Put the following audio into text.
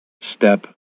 step